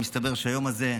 ומסתבר שהיום הזה,